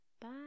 Bye